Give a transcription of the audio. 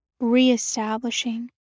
reestablishing